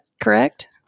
correct